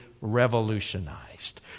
revolutionized